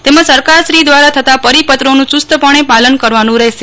તેમજ સરકાર શ્રી દ્વારા થતા પરિપત્રોનું યુસ્તપણે પાલન કરવાનું રહેશે